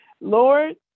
Lord